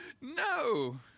No